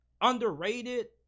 underrated